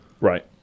Right